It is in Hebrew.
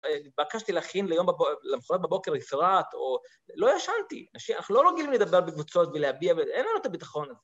‫התבקשתי להכין למחרת בבוקר לסרט, ‫לא ישנתי. ‫אנחנו לא רגילים לדבר בקבוצות ‫ולהביע, אין לנו את הביטחונות.